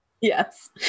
Yes